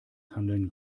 handeln